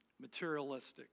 Materialistic